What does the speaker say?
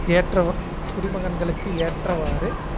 ஏற்ற குடிமகன்களுக்கு ஏற்றவாறு